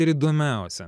ir įdomiausia nas